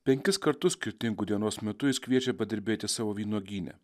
penkis kartus skirtingu dienos metu jis kviečia padirbėti savo vynuogyne